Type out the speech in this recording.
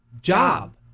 job